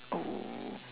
oh